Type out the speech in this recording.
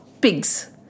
pigs